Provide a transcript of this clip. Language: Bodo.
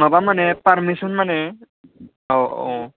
माबा होनो फारमिसन माने औ औ